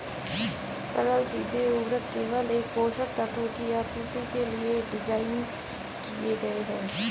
सरल सीधे उर्वरक केवल एक पोषक तत्व की आपूर्ति के लिए डिज़ाइन किए गए है